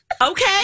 okay